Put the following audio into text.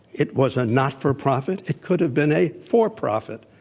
it was a not for profit. it could have been a for profit.